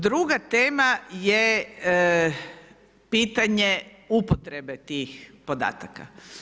Druga tema je pitanje upotrebe tih podataka.